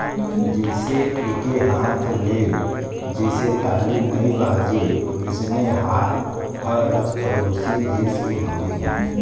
जइसे एके हाथ ले जइसे ताली नइ बाजे वइसने हाल हर परोसी देस के हवे